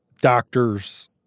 doctors